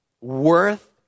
worth